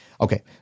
Okay